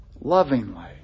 lovingly